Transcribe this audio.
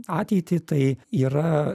ateitį tai yra